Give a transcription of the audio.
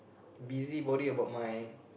busybody about my